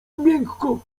miękko